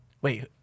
Wait